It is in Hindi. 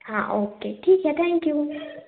हाँ ओके ठीक है थैंक यू